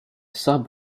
sub